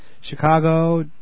Chicago